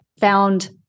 found